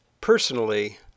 Personally